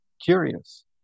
curious